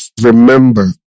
remember